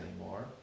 anymore